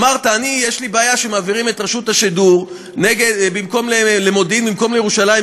אמרת: יש לי בעיה שמעבירים את רשות השידור למודיעין במקום לירושלים,